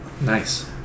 Nice